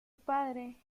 padre